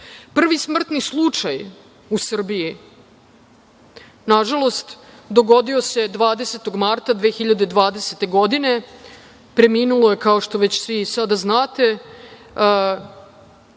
smrtni slučaj u Srbiji, nažalost, dogodio se 20. marta 2020. godine. Preminuo je, kao što već svi sada znate,